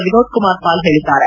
ವಿನೋದ್ಕುಮಾರ್ ಪಾಲ್ ಹೇಳಿದ್ದಾರೆ